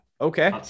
Okay